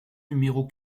numéro